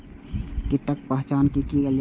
कीटक पहचान कैना कायल जैछ?